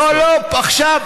לא, לא, עכשיו.